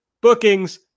bookings